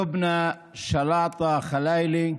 לובנה שלאעטה-חלאילה,